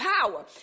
power